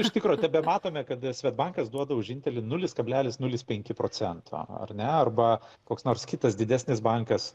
iš tikro tebematome kada svedbankas duoda už indėlį nulis kablelis nulis penki procento ar ne arba koks nors kitas didesnis bankas